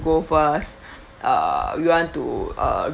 go first uh you want to uh